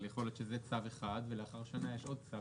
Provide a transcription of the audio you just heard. אבל יכול להיות שזה צו אחד ולאחר שנה יש עוד צו.